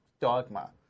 dogma